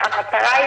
מה זה אומר?